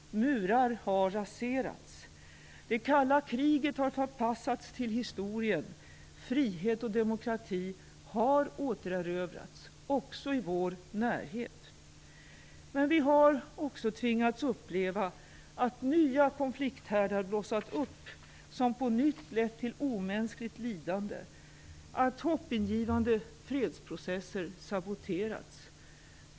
Murar har raserats. Det kalla kriget har förpassats till historien. Frihet och demokrati har återerövrats, även i vår närhet. Men vi har också tvingats uppleva att nya konflikthärdar blossat upp som på nytt lett till omänskligt lidande och att hoppingivande fredsprocesser saboterats.